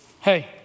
Hey